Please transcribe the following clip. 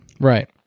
Right